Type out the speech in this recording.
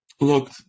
Look